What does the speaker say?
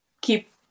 keep